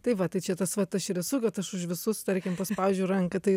tai va tai čia tas vat aš ir esu kad aš už visus tarkim paspaudžiu ranką tai